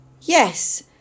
Yes